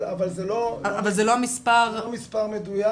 אבל זה לא מספר מדויק.